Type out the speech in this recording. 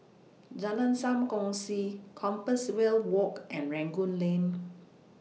Jalan SAM Kongsi Compassvale Walk and Rangoon Lane